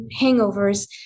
hangovers